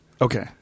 Okay